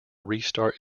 restart